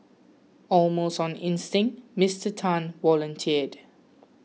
almost on instinct Mister Tan volunteered